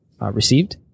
received